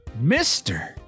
Mr